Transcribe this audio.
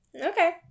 Okay